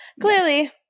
Clearly